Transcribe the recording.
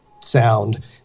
sound